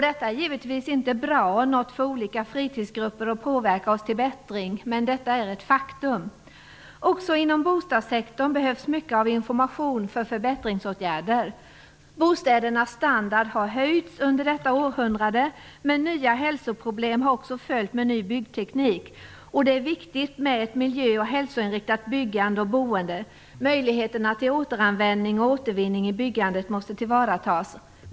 Detta är givetvis inte bra - det är något för olika fritidsgrupper att försöka påverka oss till bättring - men det är ett faktum. Också inom bostadssektorn behövs mycket av information för förbättringsåtgärder. Bostädernas standard har höjts under detta århundrade, men nya hälsoproblem har också följt med ny byggteknik. Det är viktigt med ett miljö och hälsoinriktat byggande och boende. Möjligheterna till återanvändning och återvinning i byggandet måste tillvaratas.